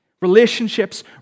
Relationships